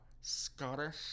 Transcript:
Scottish